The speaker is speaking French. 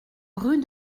rue